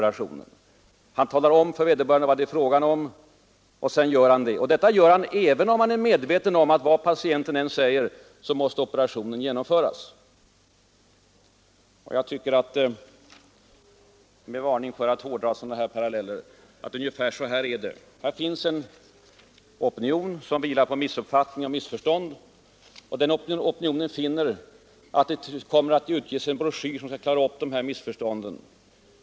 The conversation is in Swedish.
Han talar om för vederbörande vad det gäller — även om han är medveten om att operationen måste genomföras. Med varning för hårdragning av sådana här paralleller anser jag att den är berättigad: Det finns en opinion, som vilar på missuppfattningar och missförstånd. Den opinionen begär att det skall utges en broschyr som skall klara upp missförstånden.